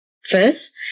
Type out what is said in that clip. first